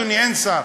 לא, אדוני, אין שר.